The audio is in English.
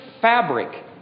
fabric